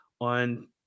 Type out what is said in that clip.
on